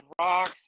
rocks